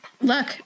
look